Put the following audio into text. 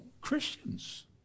Christians